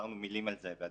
שהכברנו עליו מילים בדיון